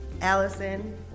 Allison